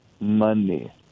money